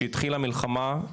כשהתחילה המלחמה,